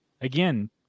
Again